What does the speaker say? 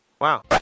Wow